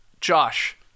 Josh